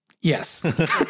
Yes